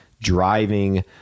driving